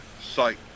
site